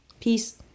peace